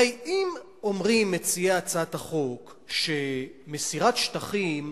הרי אם אומרים מציעי הצעת החוק שמסירת שטחים,